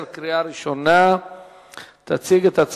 אם כן,